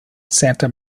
santa